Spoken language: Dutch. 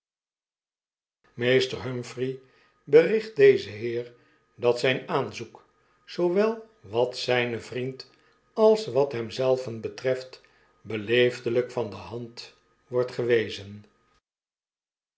meester humphrey bericht dezen heer dat zyn aanzoek zoowel wat zrjnen vriend als wat hem zelven betreft beleefdelyk van de hand wordt gewezen